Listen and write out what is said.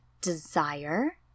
desire